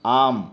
आम्